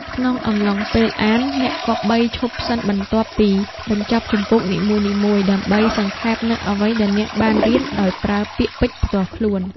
ក្នុងកំឡុងពេលអាន អ្នកគប្បីឈប់សិនបន្ទាប់ពីបញ្ចប់ជំពូកនីមួយៗ ដើម្បីសង្ខេបនូវអ្វីដែលអ្នកបានរៀនដោយប្រើពាក្យពេចន៍ផ្ទាល់ខ្លួន។